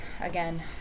Again